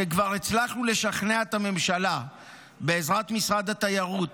כבר הצלחנו לשכנע את הממשלה בעזרת משרד התיירות